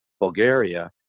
Bulgaria